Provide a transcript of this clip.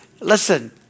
listen